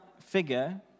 figure